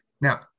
now